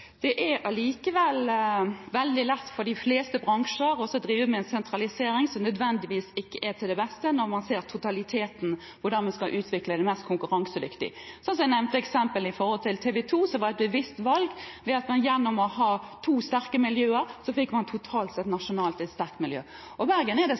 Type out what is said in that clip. Det er allikevel veldig lett for de fleste bransjer å drive med en sentralisering som ikke nødvendigvis er til det beste når man ser totaliteten – og hvordan man skal utvikle det mest konkurransedyktig. Som jeg nevnte i eksempelet om TV 2, som var et bevisst valg: Gjennom å ha to sterke miljøer fikk man totalt sett nasjonalt et sterkt miljø. Og Bergen er det